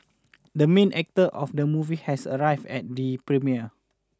the main actor of the movie has arrived at the premiere